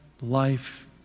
life